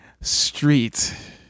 Street